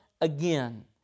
again